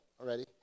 already